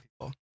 people